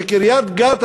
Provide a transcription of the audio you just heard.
שקריית-גת,